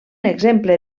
exemple